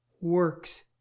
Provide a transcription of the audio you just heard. works